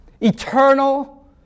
eternal